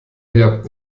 her